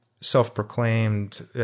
self-proclaimed